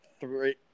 three